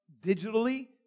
digitally